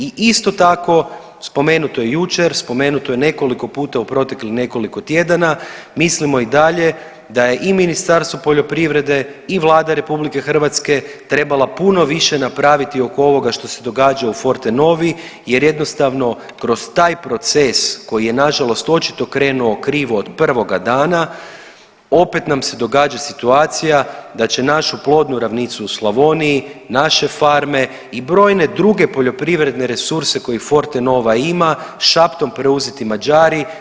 I isto tako spomenuto je jučer, spomenuto je nekoliko puta u proteklih nekoliko tjedana mislimo i dalje da je i Ministarstvo poljoprivrede i Vlada Republike Hrvatske trebala puno više napraviti oko ovoga što se događa u Fortenovi jer jednostavno kroz taj proces koji je na žalost očito krenuo krivo od prvoga dana opet nam se događa situacija da će našu plodnu ravnicu u Slavoniji, naše farme i brojne druge poljoprivredne resurse koje Fortenova ima šaptom preuzeti Mađari.